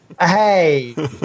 Hey